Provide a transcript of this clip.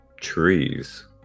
trees